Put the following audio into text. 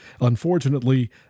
Unfortunately